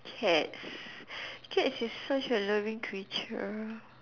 cats cats is such a loving creature